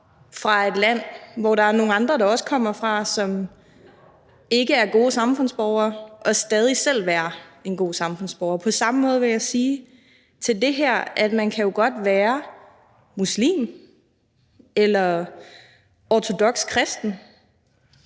fra et land, som nogle andre også kommer fra, som ikke er gode samfundsborgere, og stadig selv være en god samfundsborger. På samme måde vil jeg sige til det her, at man jo godt kan være muslim eller ortodoks kristen